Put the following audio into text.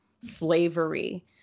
slavery